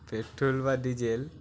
petrol বা diesel